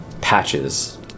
patches